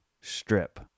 strip